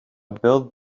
built